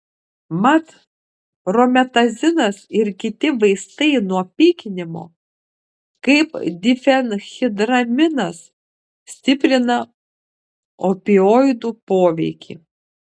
mat prometazinas ir kiti vaistai nuo pykinimo kaip difenhidraminas stiprina opioidų poveikį